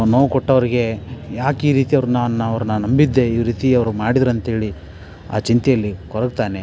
ನೋವು ಕೊಟ್ಟವ್ರಿಗೆ ಯಾಕೀರೀತಿ ಅವ್ರನ್ನ ನಾ ಅವ್ರನ್ನ ನಾ ನಂಬಿದ್ದೆ ಈ ರೀತಿ ಅವರು ಮಾಡಿದರಂತೇಳಿ ಆ ಚಿಂತೆಯಲ್ಲಿ ಕೊರಗ್ತಾನೆ